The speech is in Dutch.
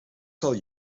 zal